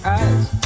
eyes